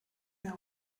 mehr